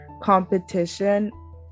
competition